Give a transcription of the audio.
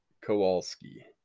Kowalski